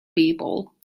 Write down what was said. people